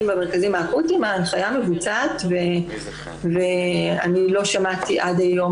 במרכזים האקוטיים ההנחיה מבוצעת ולא שמעתי עד היום